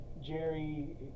Jerry